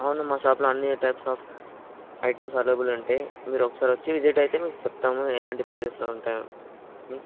అవును మా షాప్లో అన్ని టైప్స్ ఆఫ్ ఐటమ్స్ అవైలబుల్లో ఉంటాయి మీరు ఒకసారి వచ్చి విసిట్ అయితే మీకు చెప్తాము ఎలాంటి ప్రైజెస్లో ఉంటాయో